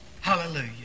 Hallelujah